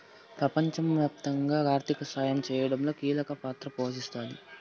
ప్రపంచవ్యాప్తంగా ఆర్థిక సాయం చేయడంలో కీలక పాత్ర పోషిస్తాయి